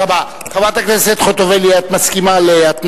תודה רבה.